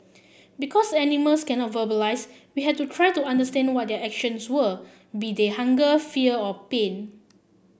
because animals cannot verbalise we had to try to understand what their actions were be they hunger fear or pain